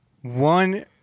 One